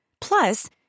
Plus